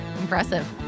Impressive